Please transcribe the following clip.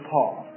Paul